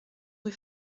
rue